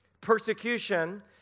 Persecution